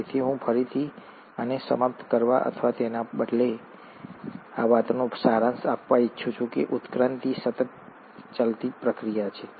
તેથી હું ફરીથી આને સમાપ્ત કરવા અથવા તેના બદલે આ વાતનો સારાંશ આપવા ઈચ્છું છું કે ઉત્ક્રાંતિ એ સતત પ્રક્રિયા છે